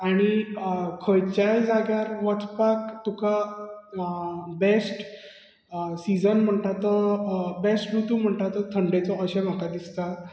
आनी खंयच्याय जाग्यार वचपाक तुका बॅस्ट सिजन म्हणटा तो बॅस्ट रुतू म्हणटा तो थंडेचो अशें म्हाका दिसता